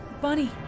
Bunny